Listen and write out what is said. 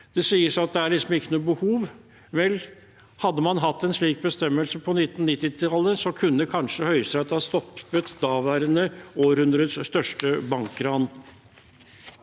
Det sies at det er ikke noe behov. Vel, hadde man hatt en slik bestemmelse på 1990-tallet, kunne kanskje Høyesterett ha stoppet det århundrets største bankran.